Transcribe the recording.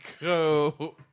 Go